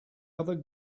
other